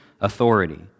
authority